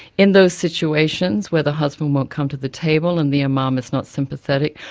in those situations where the husband won't come to the table and the imam is not sympathetic,